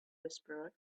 whisperer